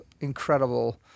incredible